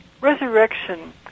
Resurrection